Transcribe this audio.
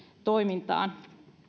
toimintaan